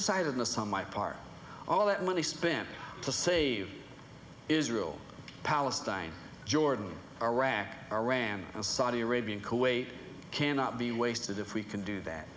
sightedness on my part all that money spent to save israel palestine jordan iraq iran saudi arabia kuwait cannot be wasted if we can do that